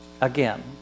Again